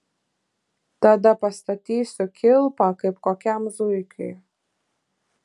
tada pastatysiu kilpą kaip kokiam zuikiui